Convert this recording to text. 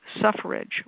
suffrage